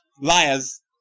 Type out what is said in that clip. Liars